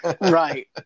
right